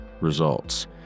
results